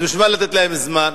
אז בשביל מה לתת להם זמן?